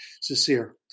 sincere